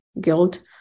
guilt